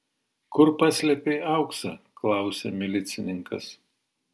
kur paslėpei auksą klausia milicininkas